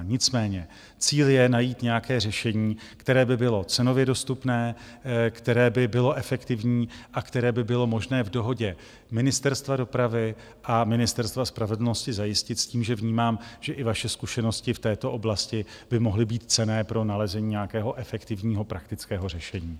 Nicméně cíl je najít nějaké řešení, které by bylo cenově dostupné, které by bylo efektivní a které by bylo možné v dohodě Ministerstva dopravy a Ministerstva spravedlnosti zajistit s tím, že vnímám, že i vaše zkušenosti v této oblasti by mohly být cenné pro nalezení nějakého efektivního praktického řešení.